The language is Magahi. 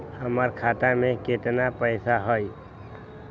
हमर खाता में केतना पैसा हई?